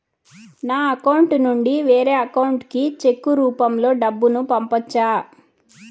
నా అకౌంట్ నుండి వేరే అకౌంట్ కి చెక్కు రూపం లో డబ్బును పంపొచ్చా?